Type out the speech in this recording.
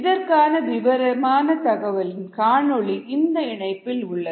இதற்கான விரிவான தகவலின் காணொளி இந்த இணைப்பில் உள்ளது